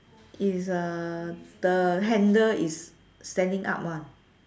is uh the handle is standing up ah